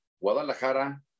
Guadalajara